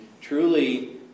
truly